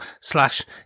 slash